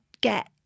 get